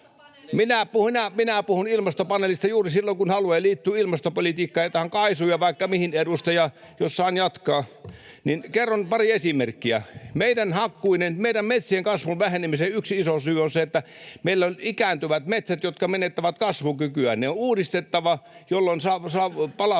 Minä puhun Ilmastopaneelista juuri silloin kun haluan, ja se liittyy ilmastopolitiikkaan ja tähän KAISUun ja vaikka mihin. Edustaja, jos saan jatkaa, niin kerron pari esimerkkiä. Meidän metsiemme kasvun vähenemisen yksi iso syy on se, että meillä on ikääntyvät metsät, jotka menettävät kasvukykyään. Ne on uudistettava, jolloin palautetaan